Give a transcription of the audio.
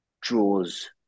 draws